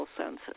senses